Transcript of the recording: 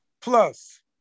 plus